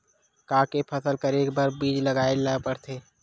का के फसल करे बर बीज लगाए ला पड़थे?